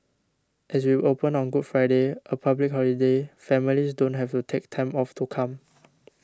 as we open on Good Friday a public holiday families don't have to take time off to come